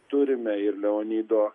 turime ir leonido